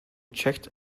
checked